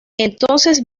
entonces